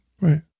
Right